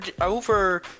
over –